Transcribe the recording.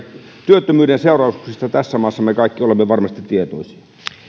työttömyyden seurauksista tässä maassa me kaikki olemme varmasti tietoisia